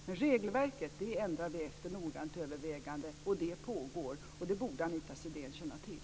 Men regelverket ändrar vi efter noggrant övervägande, och det pågår. Det borde Anita Sidén känna till.